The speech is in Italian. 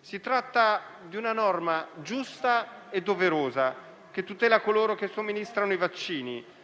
Si tratta di una norma giusta e doverosa, che tutela coloro che somministrano i vaccini.